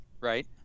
right